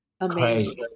amazing